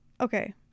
okay